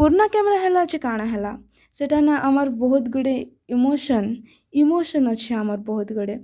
ପୁର୍ନା camera ହେଲେ ଯେ କା'ଣା ହେଲା ସେଟା ନ ଆମର୍ ବହୁତ୍ ଗୁଡ଼େ ଇମୋସୋନ୍ ଇମୋସୋନ୍ ଅଛେ ଆମର୍ ବହୁତ୍ ଗୁଡ଼େ